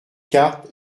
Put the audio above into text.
cartes